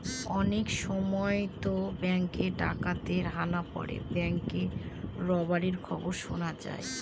অনেক সময়তো ব্যাঙ্কে ডাকাতের হানা পড়ে ব্যাঙ্ক রবারির খবর শোনা যায়